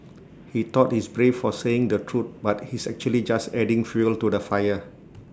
he thought he's brave for saying the truth but he's actually just adding fuel to the fire